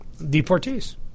deportees